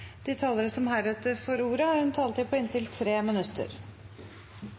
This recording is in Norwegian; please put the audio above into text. De talere som heretter får ordet, har en taletid på inntil 3 minutter.